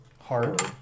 hard